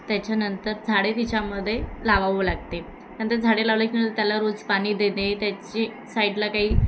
त्याच्यानंतर झाडे तिच्यामध्ये लावावं लागते नंतर झाडे लावली की न त्याला रोज पाणी देणे त्याची साईडला काही